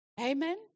Amen